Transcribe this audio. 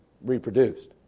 reproduced